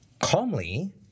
calmly